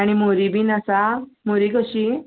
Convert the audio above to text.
आणी मोरी बीन आसा मोरी कशी